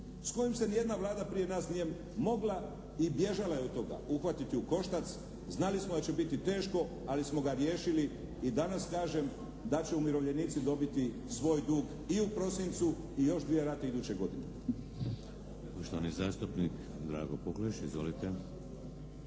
s kojim se nijedna Vlada prije nas nije mogla i bježala je od toga, uhvatiti u koštac, znali smo da će biti teško ali smo ga riješili i danas kažem da će umirovljenici dobiti svoj dug i u prosincu i još dvije rate iduće godine.